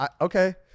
Okay